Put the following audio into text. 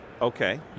Okay